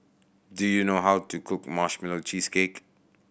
do you know how to cook Marshmallow Cheesecake